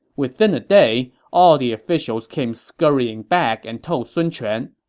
within a day, all the officials came scurrying back and told sun quan,